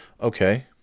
Okay